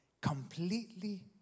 Completely